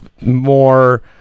more